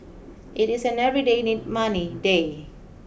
it is an everyday need money day